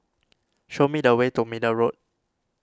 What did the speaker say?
show me the way to Middle Road